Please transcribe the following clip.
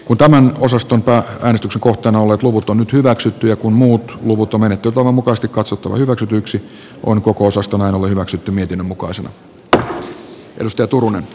kun tämän osaston päättänyt usa kohtaan ole puuttunut hyväksyttyä kun muut luvut on annettu tavanmukaista katsottu asioista on sysätty kuntien työmarkkinajärjestöjen ja seuraavan hallituksen vastuulle